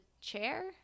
chair